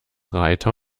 reiter